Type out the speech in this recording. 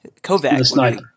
Kovac